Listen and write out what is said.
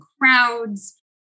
crowds